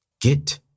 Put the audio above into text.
Get